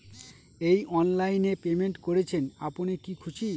এই অনলাইন এ পেমেন্ট করছেন আপনি কি খুশি?